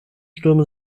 stürme